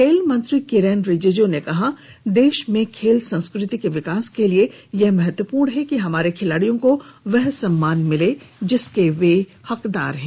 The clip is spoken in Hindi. खेल मंत्री कीरेन रीजीजू ने कहा देश में खेल संस्कृति के विकास के लिये यह महत्वपूर्ण है कि हमारे खिलाड़ियों को वह सम्मान मिले जिसके वे हकदार हैं